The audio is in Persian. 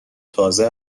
تازه